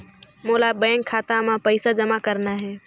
मोला बैंक खाता मां पइसा जमा करना हे?